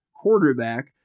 quarterback